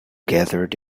gathered